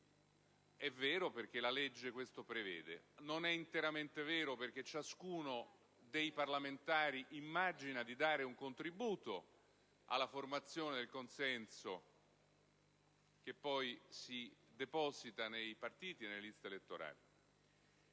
È vero, perché la legge lo prevede. Non è interamente vero, perché ciascuno dei parlamentari immagina di dare un contributo alla formazione del consenso che poi si deposita nei partiti e nelle liste elettorali.